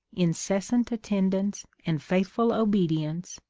incessant attendance, and faithful obedience,